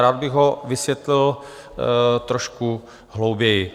Rád bych ho vysvětlil trošku hlouběji.